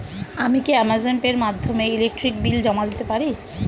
আমি কি Amazon Pay এর মাধ্যমে ইলেকট্রিক বিল জমা দিতে পারি?